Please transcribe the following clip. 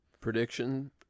Prediction